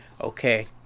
Okay